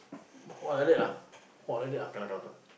!wah! like that !wah! like that cannot cannot